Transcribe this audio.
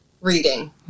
Reading